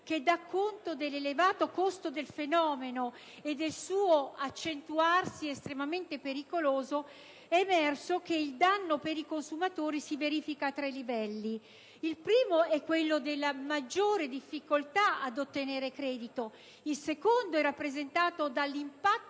che dà conto dell'elevato costo del fenomeno e del suo accentuarsi estremamente pericoloso, è emerso che il danno per i consumatori si verifica a tre livelli: il primo è quello della maggiore difficoltà ad ottenere il credito, il secondo è rappresentato dall'impatto